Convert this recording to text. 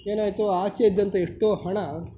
ಏನಾಯಿತು ಆಚೆ ಇದ್ದಂತಹ ಎಷ್ಟೋ ಹಣ